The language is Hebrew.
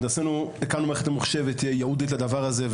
הקמנו מערכת ממוחשבת ייעודית לדבר הזה,